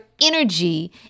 energy